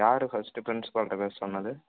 யார் பர்ஸ்ட்டு பிரின்ஸ்பால்கிட்ட பேச சொன்னது